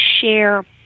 share